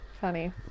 funny